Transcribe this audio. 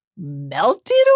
melted